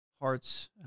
hearts